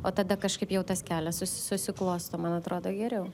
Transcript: o tada kažkaip jau tas kelias susiklosto man atrodo geriau